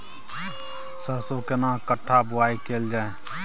सरसो केना कट्ठा बुआई कैल जाय?